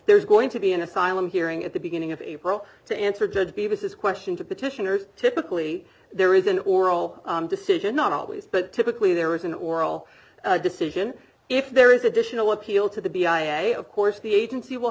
there is going to be an asylum hearing at the beginning of april to answer judge gave us this question to petitioners typically there is an oral decision not always but typically there is an oral decision if there is additional appeal to the b i a of course the agency will